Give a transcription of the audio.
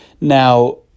Now